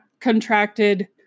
contracted